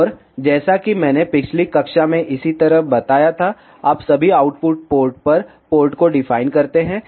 और जैसा कि मैंने पिछली कक्षा में इसी तरह बताया था आप सभी आउटपुट पोर्ट पर पोर्ट को डिफाइन करते हैं